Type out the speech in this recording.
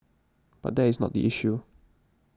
but that is not the issue